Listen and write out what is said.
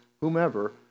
whomever